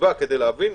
נדבק כדי להבין,